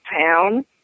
town